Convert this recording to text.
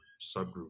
subgroup